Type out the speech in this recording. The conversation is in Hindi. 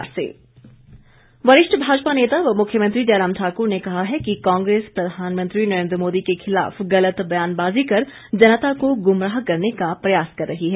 मुख्यमंत्री वरिष्ठ भाजपा नेता व मुख्यमंत्री जयराम ठाक्र ने कहा है कि कांग्रेस प्रधानमंत्री नरेन्द्र मोदी के खिलाफ गलत बयानबाजी कर जनता को गुमराह करने का प्रयास कर रही है